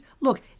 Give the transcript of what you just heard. Look